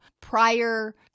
prior